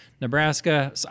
Nebraska